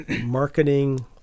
marketing